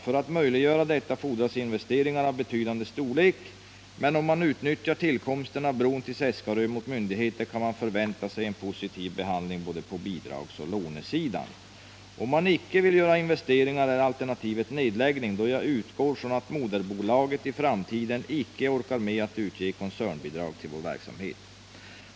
För att möjliggöra detta fordras investeringar av betydande storlek, men om man utnyttjar tillkomsten av bron till Seskarö mot myndigheter kan man förvänta sig en positiv behandling på både bidragsoch lånesidan. Om jag icke vill göra investeringar äralternativet nedläggning, då jag utgår från att moderbolaget i framtiden inte orkar med att utge koncernbidrag till vår verksamhet.